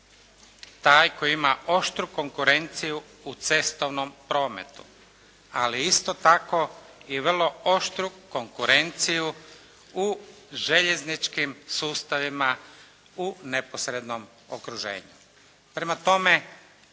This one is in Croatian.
taj koji ima oštru konkurenciju u cestovnom prometu. Ali isto tako i vrlo oštru konkurenciju u željezničkim sustavima u neposrednom okruženju.